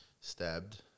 stabbed